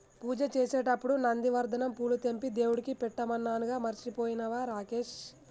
పూజ చేసేటప్పుడు నందివర్ధనం పూలు తెంపి దేవుడికి పెట్టమన్నానుగా మర్చిపోయినవా రాకేష్